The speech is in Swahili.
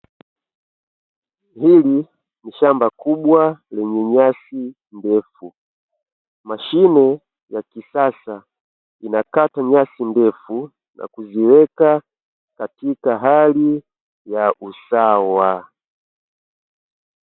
Hili ni shamba kubwa lenye nyasi ndefu, mashine ya kisasa inakata nyasi ndefu na kuziweka katika hali ya usawa.